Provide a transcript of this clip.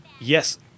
Yes